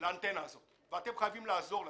לאנטנה הזאת ואתם חייבים לעזור לנו".